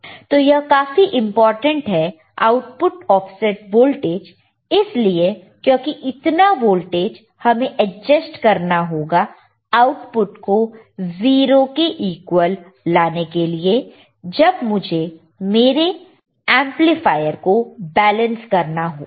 तो यह काफी इंपोर्टेंट है आउटपुट ऑफसेट वोल्टेज इसलिए क्योंकि इतना वोल्टेज हमें एडजस्ट करना होगा आउटपुट को 0 के इक्वल लाने के लिए जब मुझे मेरा एंपलीफायर को बैलेंस करना होगा